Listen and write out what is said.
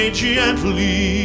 gently